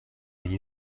viņa